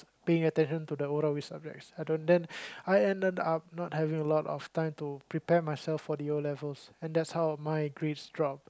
paying attention to the Arabic subjects I don't then I ended up not having a lot of time to prepare myself for the O-levels and that's how my grades dropped